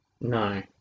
No